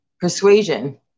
persuasion